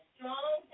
strong